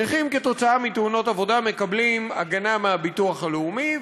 נכים כתוצאה מתאונות עבודה מקבלים הגנה מהביטוח הלאומי,